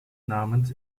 namens